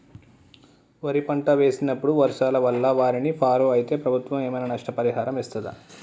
వరి పంట వేసినప్పుడు వర్షాల వల్ల వారిని ఫాలో అయితే ప్రభుత్వం ఏమైనా నష్టపరిహారం ఇస్తదా?